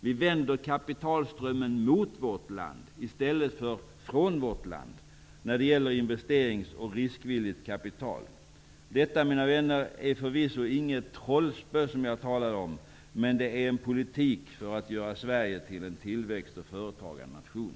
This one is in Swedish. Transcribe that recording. Vi vänder kapitalströmmen mot vårt land, i stället för från vårt land när det gäller investerings och riskvilligt kapital. Detta mina vänner är förvisso inget trollspö, som jag talar om, men det är en politik för att göra Sverige till en tillväxt och företagarnation.